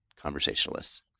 conversationalists